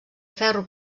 ferro